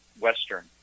Western